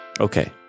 Okay